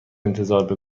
انتظار